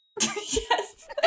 Yes